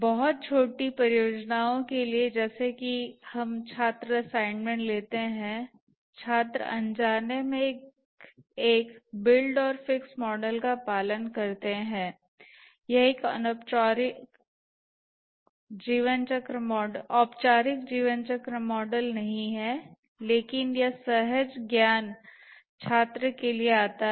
बहुत छोटी परियोजनाओं के लिए जैसे कि हमें छात्र असाइनमेंट लेते हैं छात्र अनजाने में एक बिल्ड और फिक्स मॉडल का पालन करता है यह एक औपचारिक जीवन चक्र मॉडल नहीं है लेकिन यह सहज ज्ञान छात्र के लिए आता है